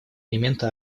элементы